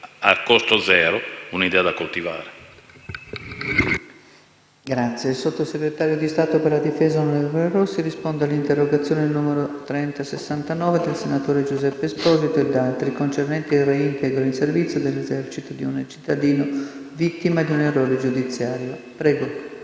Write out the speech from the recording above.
a costo zero, un'idea da coltivare.